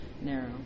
narrow